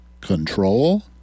control